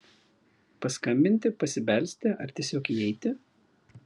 paskambinti pasibelsti ar tiesiog įeiti